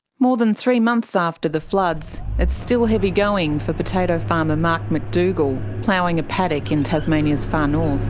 more than three months after the floods, it's still heavy going for potato farmer mark mcdougall, ploughing a paddock in tasmania's far north.